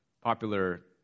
popular